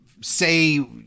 say